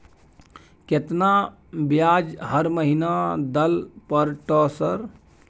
केतना ब्याज हर महीना दल पर ट सर?